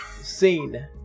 Scene